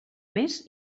més